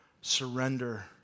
Surrender